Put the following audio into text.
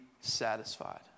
satisfied